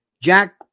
Jack